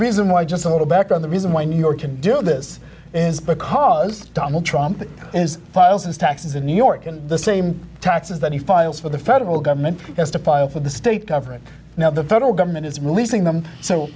reason why just a little back on the reason why new york can do this is because donald trump is files and taxes in new york and the same taxes that he files for the federal government has to file for the state government now the federal government is releasing them so